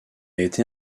été